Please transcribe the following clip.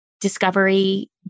discovery